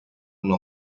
una